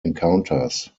encounters